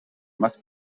must